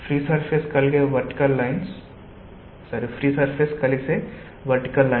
free surface కలిసే vertical lines లేదా అది ఎక్స్టెండ్ చేసిన రూపం